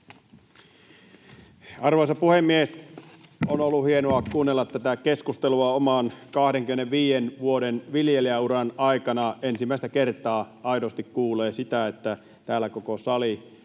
Arvoisa puhemies! On ollut hienoa kuunnella tätä keskustelua. Oman 25 vuoden viljelijän urani aikana ensimmäistä kertaa aidosti kuulee, että täällä koko sali